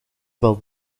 wel